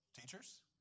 Teachers